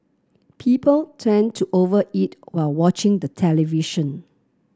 people tend to over eat while watching the television